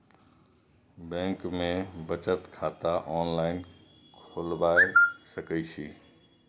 Bank में बचत खाता ऑनलाईन खोलबाए सके छी?